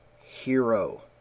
Hero